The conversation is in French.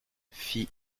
fit